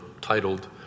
titled